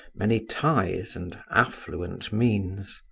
many ties, and affluent means.